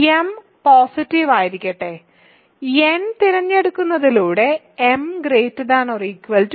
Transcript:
m positive ആയിരിക്കട്ടെ n തിരഞ്ഞെടുക്കുന്നതിലൂടെ m ≥ n